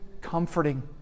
comforting